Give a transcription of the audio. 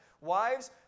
Wives